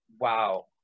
Wow